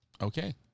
Okay